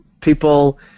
people